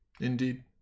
Indeed